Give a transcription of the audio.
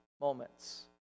moments